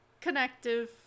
connective